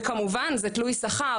וכמובן זה תלוי שכר,